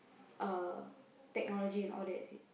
uh technology and all that is it